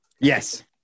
Yes